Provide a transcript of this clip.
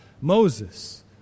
Moses